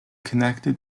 connected